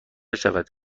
شود